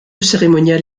cérémonial